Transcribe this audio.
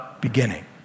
beginning